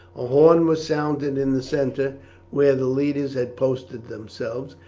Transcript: a horn was sounded in the centre where the leaders had posted themselves,